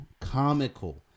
comical